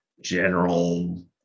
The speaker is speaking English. general